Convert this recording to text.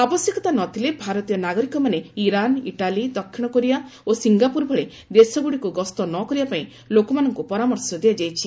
ଆବଶ୍ୟକତା ନଥିଲେ ଭାରତୀୟ ନାଗରିକ ମାନେ ଇରାନ୍ ଇଟାଲୀ ଦକ୍ଷିଣ କୋରିଆ ଓ ସିଙ୍ଗାପୁର ଭଳି ଦେଶଗୁଡ଼ିକୁ ଗସ୍ତ ନ କରିବା ପାଇଁ ଲୋକମାନଙ୍କୁ ପରାମର୍ଶ ଦିଆଯାଇଛି